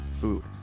food